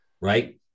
right